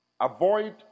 Avoid